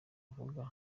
avuga